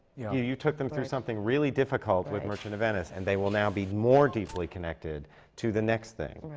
you know, you took them through something really difficult with merchant of venice, and they will now be more deeply connected to the next thing. right.